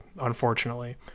unfortunately